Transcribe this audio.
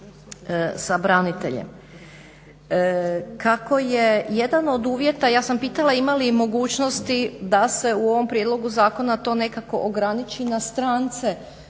sa braniteljem. Kako je jedan od uvjeta, ja sam pitala ima li mogućnosti da se u ovom prijedlogu zakona to nekako ograniči na strance.